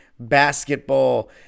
basketball